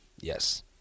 Yes